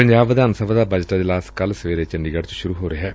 ਪੰਜਾਬ ਵਿਧਾਨ ਸਭਾ ਦਾ ਬਜਟ ਅਜਲਾਸ ਕੱਲੂ ਸਵੇਰੇ ਚੰਡੀਗੜ ਚ ਸੁਰੂ ਹੋ ਰਿਹੈ